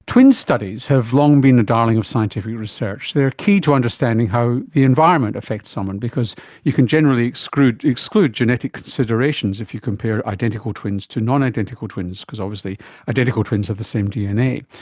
twin studies have long been the darling of scientific research. they are key to understanding how the environment affects someone because you can generally exclude exclude genetic considerations if you compare identical twins to nonidentical twins, because obviously identical twins have the same dna.